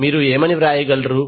మీరు ఏమని వ్రాయగలరు